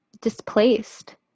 displaced